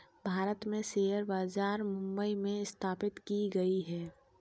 भारत में शेयर बाजार मुम्बई में स्थापित की गयी है